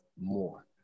more